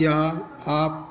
क्या आप